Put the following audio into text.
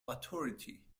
authority